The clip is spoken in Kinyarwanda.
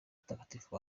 mutagatifu